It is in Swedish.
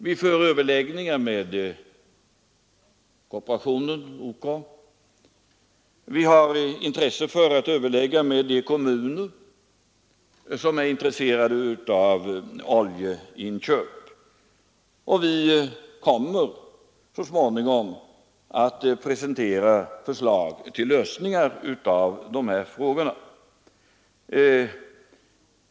Vi har överläggningar med korporationen och OK, vi har intresse för att överlägga med de kommuner som är intresserade av oljeinköp, och vi kommer så småningom att presentera förslag till lösningar av de här frågorna.